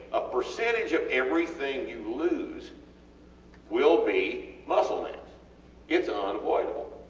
a percentage of everything you lose will be muscle mass its ah unavoidable.